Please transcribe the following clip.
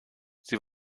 sie